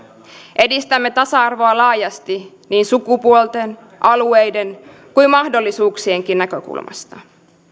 edistämme tasa arvoa laajasti niin sukupuolten alueiden kuin mahdollisuuksienkin näkökulmasta